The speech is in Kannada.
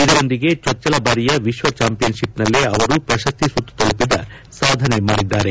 ಇದರೊಂದಿಗೆ ಚೊಚ್ಚಲ ಬಾರಿಯ ವಿಶ್ವ ಚಾಂಪಿಯನ್ಶಿಪ್ನಲ್ಲೇ ಅವರು ಪ್ರಶಸ್ತಿ ಸುತ್ತು ತಲುಪಿದ ಸಾಧನೆ ಮಾಡಿದ್ದಾರೆ